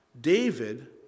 David